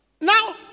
now